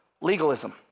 Legalism